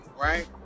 right